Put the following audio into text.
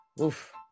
Oof